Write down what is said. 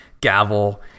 gavel